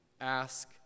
ask